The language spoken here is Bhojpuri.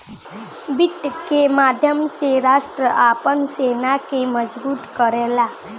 वित्त के माध्यम से राष्ट्र आपन सेना के मजबूत करेला